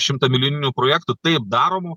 šimtamilijoninių projektų taip daromų